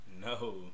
no